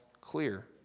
clear